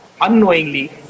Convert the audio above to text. unknowingly